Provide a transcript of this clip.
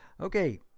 Okay